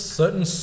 certain